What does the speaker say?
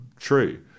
true